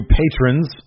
patrons